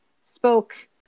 spoke